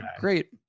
great